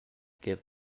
give